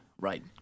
right